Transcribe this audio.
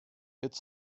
its